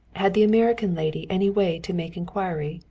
had the american lady any way to make inquiry?